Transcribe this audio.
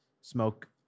smoke